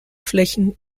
flächen